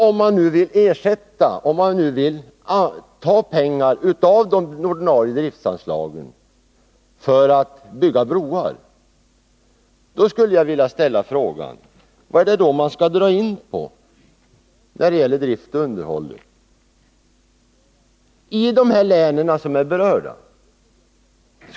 Om nu pengar skall tas från de ordinarie driftanslagen för brobyggande skulle jag vilja ställa frågan: Vad är det man skall dra in på när det gäller drift och underhåll i berörda län?